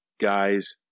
guys